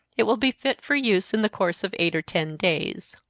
it will be fit for use in the course of eight or ten days.